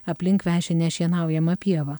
aplink veši nešienaujama pieva